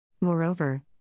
Moreover